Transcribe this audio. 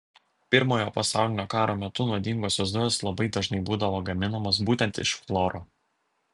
pirmojo pasaulinio karo metu nuodingosios dujos labai dažnai būdavo gaminamos būtent iš chloro